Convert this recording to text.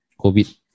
COVID